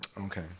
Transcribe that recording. Okay